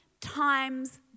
times